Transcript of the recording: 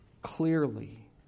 clearly